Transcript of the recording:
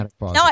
No